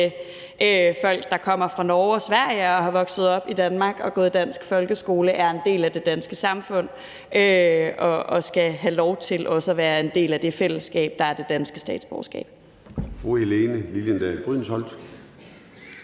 folk, der kommer fra Norge og Sverige og er vokset op i Danmark og har gået i dansk folkeskole, er en del af det danske samfund og skal have lov til også at være en del af det fællesskab, der følger af det danske statsborgerskab.